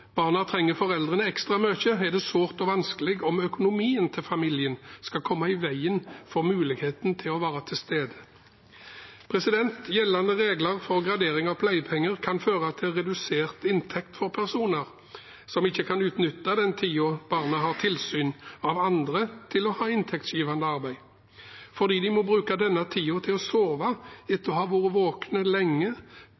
barna trenger foreldrene ekstra mye, er det sårt og vanskelig om økonomien til familien skal komme i veien for muligheten til å være til stede. Gjeldende regler for gradering av pleiepenger kan føre til redusert inntekt for personer som ikke kan utnytte den tiden barna har tilsyn av andre, til å ha inntektsgivende arbeid, fordi de må bruke denne tiden til å sove